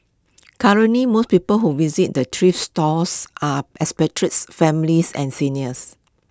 currently most people who visit the thrift stores are expatriates families and seniors